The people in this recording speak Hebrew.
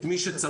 את מי שצריך.